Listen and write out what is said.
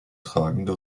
tragende